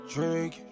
Drink